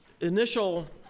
initial